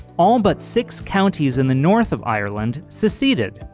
all but six counties in the north of ireland seceded.